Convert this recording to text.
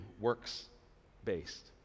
works-based